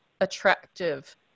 attractive